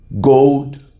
gold